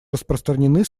распространены